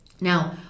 Now